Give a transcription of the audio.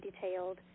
detailed